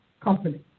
company